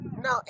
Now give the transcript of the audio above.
no